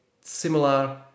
similar